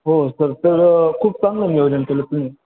हो सर तर खूप चांगलं नियोजन केलं तुम्ही